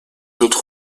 autres